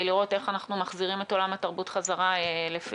לראות איך אנחנו מחזירים את עולם התרבות חזרה לפעילות,